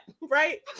right